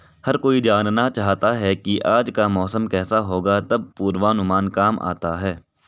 हर कोई जानना चाहता है की आज का मौसम केसा होगा तब पूर्वानुमान काम आता है